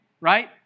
right